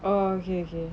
oh okay okay